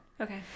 Okay